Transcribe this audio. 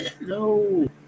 No